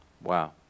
Wow